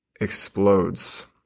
explodes